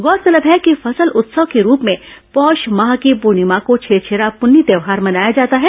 गौरतलब है कि फसल उत्सव के रूप में पौष माह की पूर्णिमा को छेरछेरा पुन्नी त्यौहार मनाया जाता है